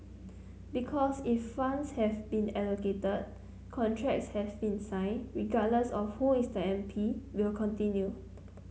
because if funds have been allocated contracts have been signed regardless of whoever is the M P will continue